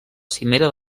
cimera